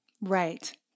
Right